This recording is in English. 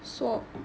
swap